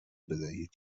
بدهید